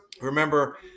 Remember